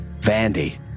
Vandy